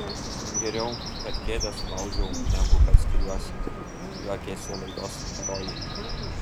geriau kad kėdę sulaužiau negu kad skiriuosi juokėsi laidos herojė